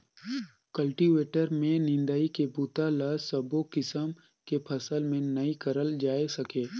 cultivator में निंदई के बूता ल सबो किसम के फसल में नइ करल जाए सके